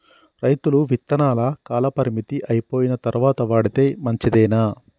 రైతులు విత్తనాల కాలపరిమితి అయిపోయిన తరువాత వాడితే మంచిదేనా?